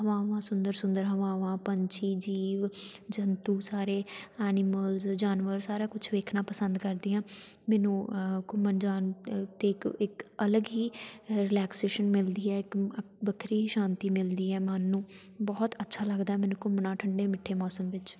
ਹਵਾਵਾਂ ਸੁੰਦਰ ਸੁੰਦਰ ਹਵਾਵਾਂ ਪੰਛੀ ਜੀਵ ਜੰਤੂ ਸਾਰੇ ਐਨੀਮਲਸ ਜਾਨਵਰ ਸਾਰਾ ਕੁਛ ਵੇਖਣਾ ਪਸੰਦ ਕਰਦੀ ਹਾਂ ਮੈਨੂੰ ਘੁੰਮਣ ਜਾਣ 'ਤੇ ਇੱਕ ਇੱਕ ਅਲੱਗ ਹੀ ਰਿਲੈਕਸੇਸ਼ਨ ਮਿਲਦੀ ਹੈ ਇੱਕ ਵੱਖਰੀ ਸ਼ਾਂਤੀ ਮਿਲਦੀ ਹੈ ਮਨ ਨੂੰ ਬਹੁਤ ਅੱਛਾ ਲੱਗਦਾ ਮੈਨੂੰ ਘੁੰਮਣਾ ਠੰਡੇ ਮਿੱਠੇ ਮੋਸਮ ਵਿੱਚ